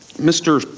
mr.